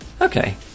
Okay